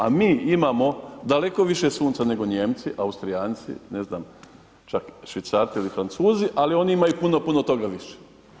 A mi imamo daleko više sunca nego Nijemci, Austrijanci, ne znam čak Švicarci ili Francuzi, ali oni imaju puno, puno toga više.